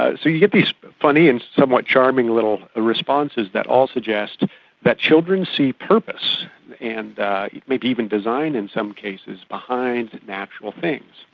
ah so you get these funny and somewhat charming little responses that all suggest that children see purpose and maybe even design in some cases behind natural things.